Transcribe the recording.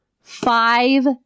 five